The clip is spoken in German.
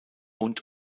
und